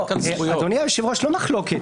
אדוני היושב ראש, לא מחלוקת.